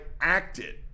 acted